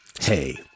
Hey